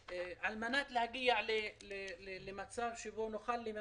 חשוב שכל מתווה חדש יענה על הערך העליון של שוויון בין האזרחים.